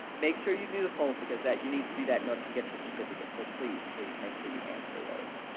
make sure you do the polls, because you need to do that in order to get your certificate. so please, please, make sure you answer those.